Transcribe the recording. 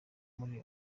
muri